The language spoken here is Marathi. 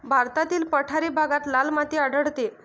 भारतातील पठारी भागात लाल माती आढळते